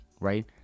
right